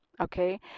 Okay